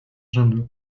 rzędu